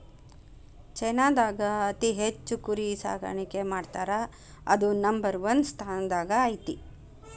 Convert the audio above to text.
ಚೇನಾದಾಗ ಅತಿ ಹೆಚ್ಚ್ ಕುರಿ ಸಾಕಾಣಿಕೆ ಮಾಡ್ತಾರಾ ಅದು ನಂಬರ್ ಒನ್ ಸ್ಥಾನದಾಗ ಐತಿ